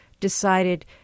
decided